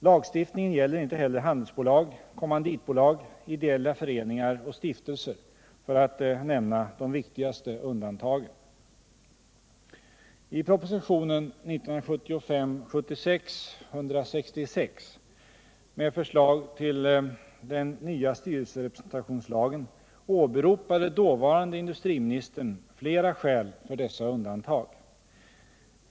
Lagstiftningen gäller inte heller handelsbolag, kommanditbolag, ideella föreningar och stiftelser, för att nämna de viktigaste undantagen. I propositionen 1975/76:166 med förslag till den nya styrelserepresentationslagen åberopade dåvarande industriministern flera skäl för dessa undantag.